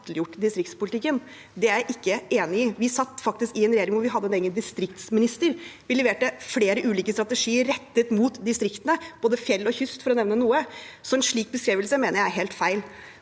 har latterliggjort distriktspolitikken. Det er jeg ikke enig i. Vi satt i en regjering hvor vi faktisk hadde en egen distriktsminister. Vi leverte flere ulike strategier rettet mot distriktene – både fjell og kyst, for å nevne noe – så en slik beskrivelse mener jeg er helt feil.